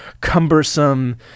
cumbersome